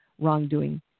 wrongdoing